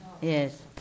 Yes